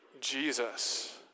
Jesus